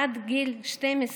עד גיל 12